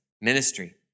ministry